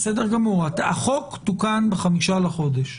בסדר גמור, החוק תוקן ב-5 לחודש.